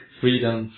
freedom